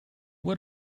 what